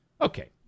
Okay